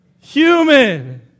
human